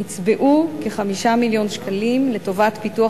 נצבעו כ-5 מיליוני שקלים לטובת פיתוח